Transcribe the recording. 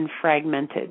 fragmented